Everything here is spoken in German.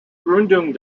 gründung